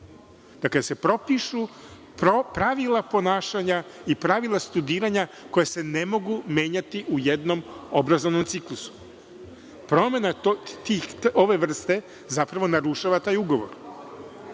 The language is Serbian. dakle, da se propišu pravila ponašanja i pravila studiranja koje se ne mogu menjati u jednom obrazovnom ciklusu. Promena ove vrste zapravo narušava taj ugovor.